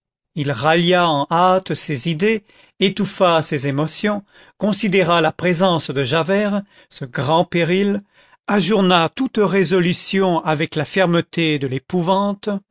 il rallia en hâte ses idées étouffa ses émotions considéra la présence de javert ce grand péril ajourna toute résolution avec la fermeté de l'épouvante